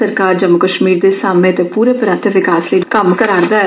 सरकार जम्मू कश्मीर दे सामे ते पूरे पराते विकास लेई कम्म करा रदी ऐ